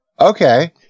Okay